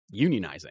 unionizing